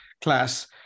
class